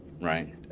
right